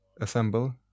assemble